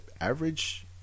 average